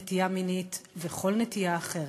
נטייה מינית וכל נטייה אחרת.